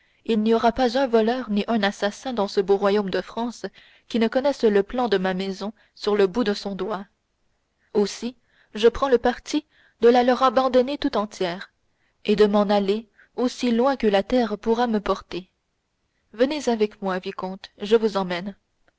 il n'y aura pas un voleur ni un assassin dans ce beau royaume de france qui ne connaisse le plan de ma maison sur le bout de son doigt aussi je prends le parti de la leur abandonner tout entière et de m'en aller aussi loin que la terre pourra me porter venez avec moi vicomte je vous emmène